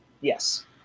Yes